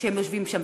והם יושבים שם.